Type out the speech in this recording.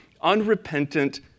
unrepentant